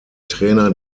trainer